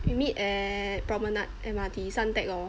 we meet at Promenade M_R_T Suntec lor